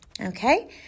Okay